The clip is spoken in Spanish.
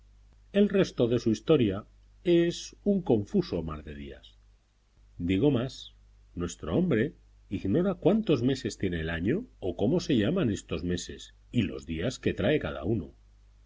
el resto de su historia es un confuso mar de días digo más nuestro hombre ignora cuántos meses tiene el año o cómo se llaman estos meses y los días que trae cada uno